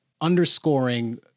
underscoring